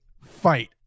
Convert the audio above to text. fight